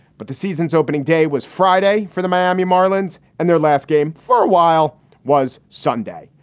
but the season's opening day was friday for the miami marlins and their last game for a while was sunday.